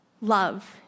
Love